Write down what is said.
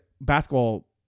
Basketball